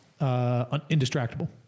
Indistractable